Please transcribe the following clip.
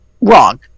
Wrong